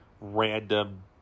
random